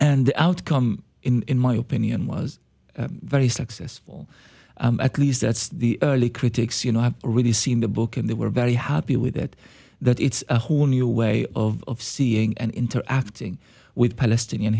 the outcome in my opinion was very successful at least that's the early critics you know have really seen the book and they were very happy with it that it's a whole new way of seeing and interacting with palestinian